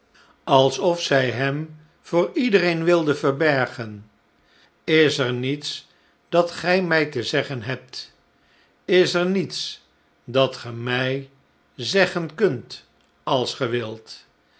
alsof zij hem voor iedereen wilde verbergen is er niets dat gij mij te zeggen hebt is er niets dat ge mij zeggen kunt als